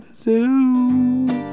zoo